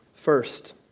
First